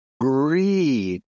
greed